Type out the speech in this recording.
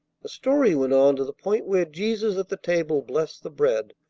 the story went on to the point where jesus at the table blessed the bread,